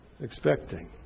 expecting